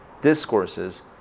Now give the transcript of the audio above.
discourses